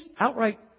outright